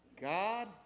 God